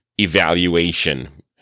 evaluation